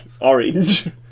Orange